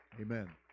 Amen